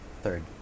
third